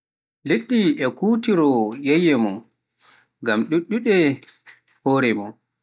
liɗɗi e kuutoroo yeyye mum, ngam ɗuuɗɗuɗe hoore mon